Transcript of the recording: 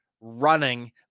running